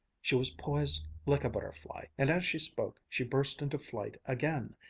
she was poised like a butterfly, and as she spoke she burst into flight again,